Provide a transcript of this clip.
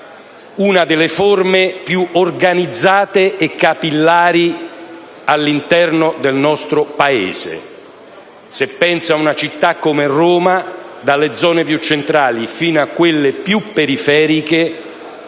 una delle forme più organizzate e capillari all'interno del nostro Paese. Se penso a una città come Roma, dalle zone più centrali fino a quelle più periferiche,